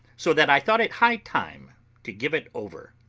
so that i thought it high time to give it over.